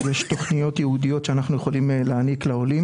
יש תכניות ייעודיות שאנחנו יכולים להעניק לעולים